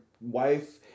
wife